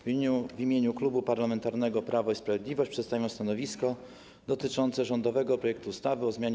W imieniu Klubu Parlamentarnego Prawo i Sprawiedliwość przedstawiam stanowisko dotyczące rządowego projektu ustawy o zmianie